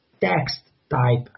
text-type